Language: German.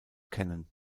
kennen